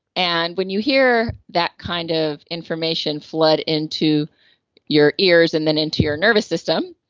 and when you hear that kind of information flood into your ears and then into your nervous system,